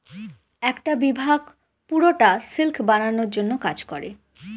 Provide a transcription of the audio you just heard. একটা বিভাগ পুরোটা সিল্ক বানানোর জন্য কাজ করে